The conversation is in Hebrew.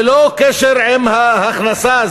ללא קשר להכנסה.